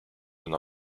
and